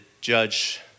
judge